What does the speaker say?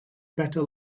better